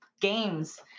games